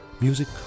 Music